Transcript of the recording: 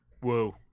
whoa